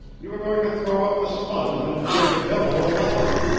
you were going to throw up the sponge and give the devil a laugh.